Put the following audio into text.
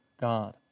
God